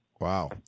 Wow